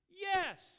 Yes